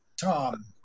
Tom